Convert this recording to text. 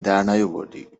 درنیاوردی